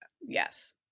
Yes